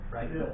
Right